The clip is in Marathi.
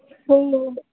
हो हो